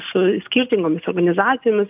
su skirtingomis organizacijomis